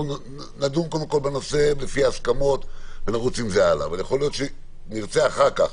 נדון בנושא ולפי ההסכמות נרוץ עם זה הלאה אבל יכול להיות שנרצה אחר-כך